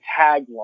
tagline